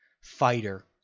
fighter